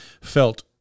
felt